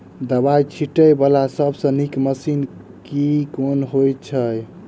दवाई छीटै वला सबसँ नीक मशीन केँ होइ छै?